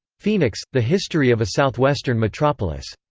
phoenix the history of a southwestern metropolis.